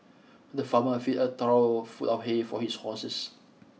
the farmer filled a trough full of hay for his horses